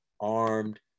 armed